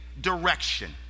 direction